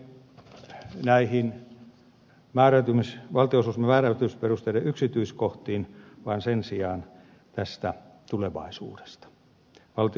en mene näihin valtionosuuksien määräytymisperusteiden yksityiskohtiin vaan puhun sen sijaan tästä tulevaisuudesta valtionosuusjärjestelmän kehittämisestä